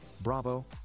Bravo